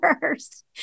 first